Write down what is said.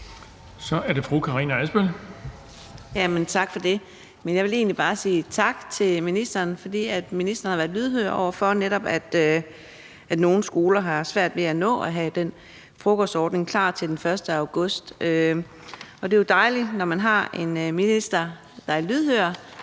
Kl. 14:36 Karina Adsbøl (DD): Tak for det. Jeg vil egentlig bare sige tak til ministeren, fordi ministeren har været lydhør over for netop det, at nogle skoler har svært ved at nå at have den frokostordning klar til den 1. august. Det er jo dejligt, når man har en minister, der er lydhør